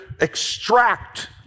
extract